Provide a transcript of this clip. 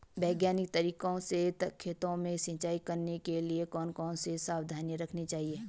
वैज्ञानिक तरीके से खेतों में सिंचाई करने के लिए कौन कौन सी सावधानी रखनी चाहिए?